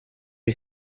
you